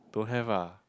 don't have ah